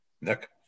Nick